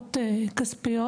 תמיכות כספיות.